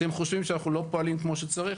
אתם חושבים שאנחנו לא פועלים כמו שצריך?